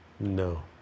No